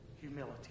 humility